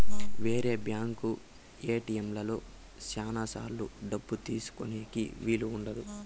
వేరే బ్యాంక్ ఏటిఎంలలో శ్యానా సార్లు డబ్బు తీసుకోనీకి వీలు ఉండదు